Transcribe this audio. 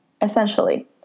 essentially